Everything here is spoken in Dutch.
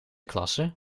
klasse